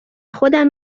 خودم